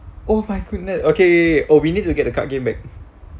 oh my goodness okay K K oh we need to get the card game back